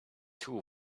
two